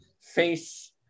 Face